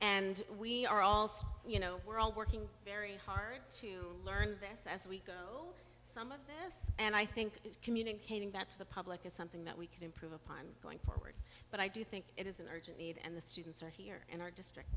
and we are also you know we're all working very hard to learn this as we go some of this and i think communicating that to the public is something that we can improve upon going forward but i do think it is an urgent need and the students are here in our